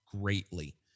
greatly